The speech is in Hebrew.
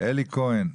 אלי כהן,